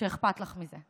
שאכפת לך מזה.